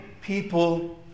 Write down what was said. people